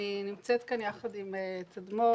אני נמצאת כאן יחד עם תדמור,